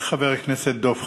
חבר הכנסת דב חנין.